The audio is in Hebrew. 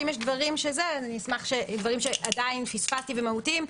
ואם יש עוד דברים שפספסתי והם מהותיים,